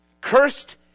Cursed